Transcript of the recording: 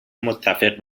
متفق